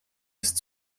ist